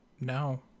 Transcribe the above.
No